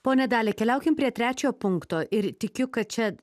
ponia dalia keliaukim prie trečio punkto ir tikiu kad čia